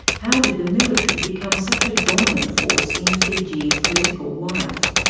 how did the military become such a dominant force in fiji's political life?